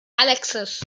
alexis